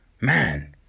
man